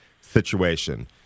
situation